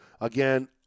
again